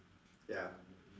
ya